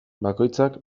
bakoitzak